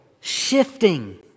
shifting